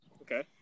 Okay